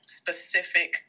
specific